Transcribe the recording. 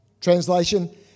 translation